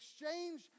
exchange